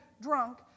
drunk